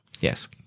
Yes